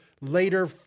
later